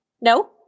no